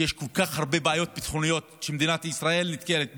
כי יש כל כך הרבה בעיות ביטחוניות שמדינת ישראל נתקלת בהן: